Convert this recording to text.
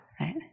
right